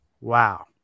Wow